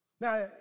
Now